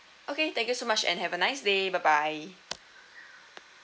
okay thank you so much and have a nice day bye bye